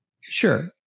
Sure